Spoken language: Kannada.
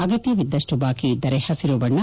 ಅಗತ್ತದಷ್ಟು ಬಾಕಿ ಇದ್ದರೆ ಹಸಿರು ಬಣ್ಣ